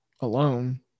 alone